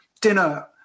dinner